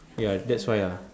ya that's why ah